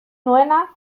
nuena